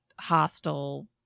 hostile